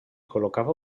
col·locava